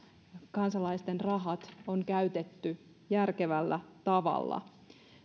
kansalaisten rahat on käytetty järkevällä tavalla